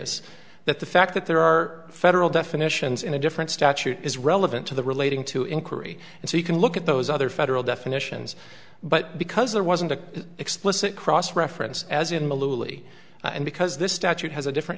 areas that the fact that there are federal definitions in a different statute is relevant to the relating to inquiry and so you can look at those other federal definitions but because there wasn't an explicit cross reference as in the louis and because this statute has a different